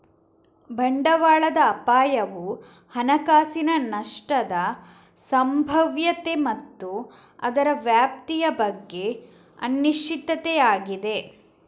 ಬಂಡವಾಳದ ಅಪಾಯವು ಹಣಕಾಸಿನ ನಷ್ಟದ ಸಂಭಾವ್ಯತೆ ಮತ್ತು ಅದರ ವ್ಯಾಪ್ತಿಯ ಬಗ್ಗೆ ಅನಿಶ್ಚಿತತೆಯಾಗಿದೆ